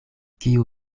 kiu